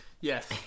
Yes